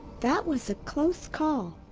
that was a close call.